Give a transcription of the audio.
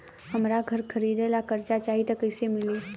हमरा घर खरीदे ला कर्जा चाही त कैसे मिली?